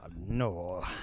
no